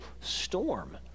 storm